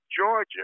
Georgia